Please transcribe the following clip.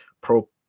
pro